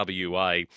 WA